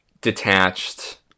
detached